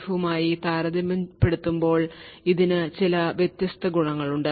എഫുമായി താരതമ്യപ്പെടുത്തുമ്പോൾ ഇതിന് ചില വ്യത്യസ്ത ഗുണങ്ങളുണ്ട്